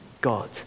God